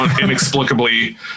inexplicably